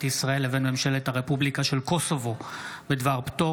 ישראל לבין ממשלת הרפובליקה של קוסובו בדבר פטור